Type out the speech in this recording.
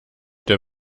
der